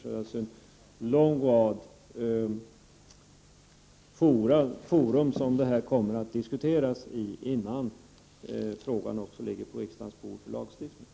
Det finns alltså en lång rad forum där denna fråga kommer att diskuteras innan den hamnar på riksdagens bord för att lagstiftas om.